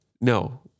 no